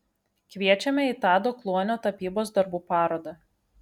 kviečiame į tado kluonio tapybos darbų parodą